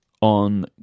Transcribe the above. on